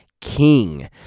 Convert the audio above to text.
king